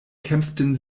kämpften